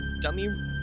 dummy